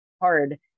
hard